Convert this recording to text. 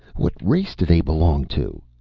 what race do they belong to?